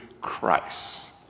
Christ